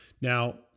Now